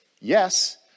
yes